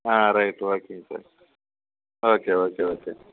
ஆ right ஓகேங்க sir okay okay okay